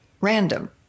random